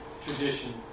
tradition